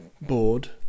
board